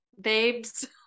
Babes